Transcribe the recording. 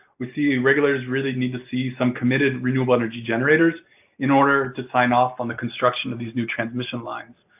we see regulators really need to see come committed renewable energy generators in order to sign off on the construction of these new transmission lines,